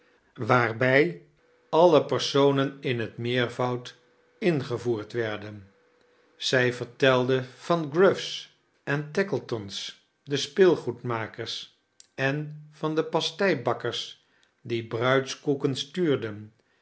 waarbdj all personen in het meervoud ingevoerd werden zij vertelde van gruffs en tackletons de speelgoedmakers en van de pasteibakkers die bruidskoeken stuurden